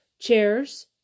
Chairs